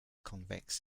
convex